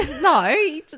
no